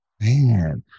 Man